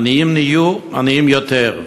העניים נהיו עניים יותר,